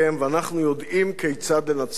ואנחנו יודעים כיצד לנצח בו.